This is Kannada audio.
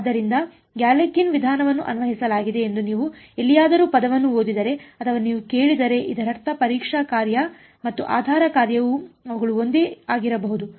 ಆದ್ದರಿಂದ ಆದ್ದರಿಂದ ಗ್ಯಾಲೆರ್ಕಿನ್ನ ವಿಧಾನವನ್ನು ಅನ್ವಯಿಸಲಾಗಿದೆ ಎಂದು ನೀವು ಎಲ್ಲಿಯಾದರೂ ಪದವನ್ನು ಓದಿದರೆ ಅಥವಾ ನೀವು ಕೇಳಿದರೆಇದರರ್ಥ ಪರೀಕ್ಷಾ ಕಾರ್ಯ ಮತ್ತು ಆಧಾರ ಕಾರ್ಯವು ಅವುಗಳು ಒಂದೇ ಆಗಿರಬಹುದು